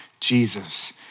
Jesus